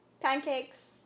Pancakes